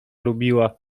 lubiła